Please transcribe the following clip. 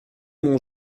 mon